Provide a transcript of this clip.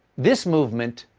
this movement,